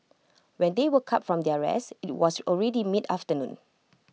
when they woke up from their rest IT was already mid afternoon